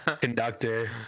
conductor